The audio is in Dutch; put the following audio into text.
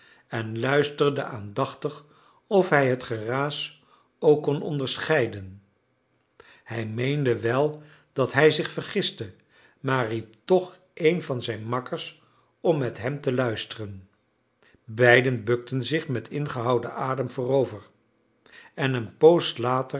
en luisterde aandachtig of hij het geraas ook kon onderscheiden hij meende wel dat hij zich vergiste maar riep toch een van zijn makkers om met hem te luisteren beiden bukten zich met ingehouden adem voorover en een poos later